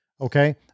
Okay